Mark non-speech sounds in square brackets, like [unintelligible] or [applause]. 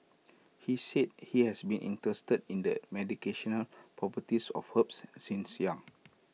he said he has been interested in the [unintelligible] properties of herbs since young